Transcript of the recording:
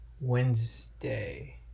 Wednesday